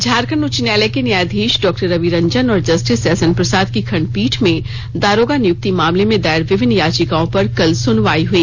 झारखंड उच्च न्यायालय के न्यायाधीश डॉ रवि रंजन और जस्टिस एसएन प्रसाद की खंडपीठ में दारोगा नियुक्ति मामले में दायर विभिन्न याचिकाओं पर कल सुनवाई हुई